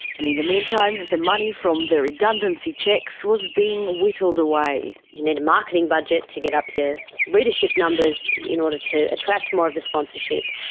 and in the meantime, the money from their redundancy cheques was being whittled away. you need a marketing budget to get up your readership numbers in order to attract more of the sponsorship.